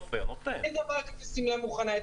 אין אצלנו דבר כזה ששמלה מוכנה.